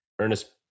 Ernest